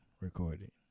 Recorded